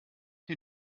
die